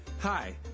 Hi